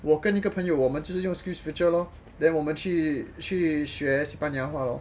我跟一个朋友我们就是用 SkillsFuture lor then 我们去学西班牙话